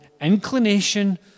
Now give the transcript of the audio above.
inclination